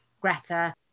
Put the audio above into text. Greta